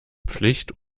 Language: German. pflicht